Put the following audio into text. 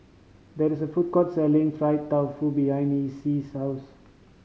there is a food court selling fried tofu behind Essie's house